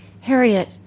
Harriet